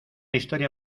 historia